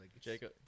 Jacob